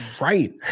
right